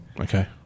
okay